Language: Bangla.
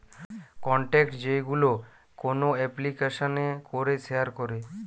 কন্টাক্ট যেইগুলো কোন এপ্লিকেশানে করে শেয়ার করে